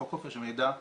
חוק חופש המידע,